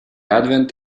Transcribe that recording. advent